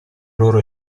loro